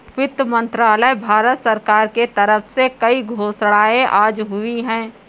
वित्त मंत्रालय, भारत सरकार के तरफ से कई घोषणाएँ आज हुई है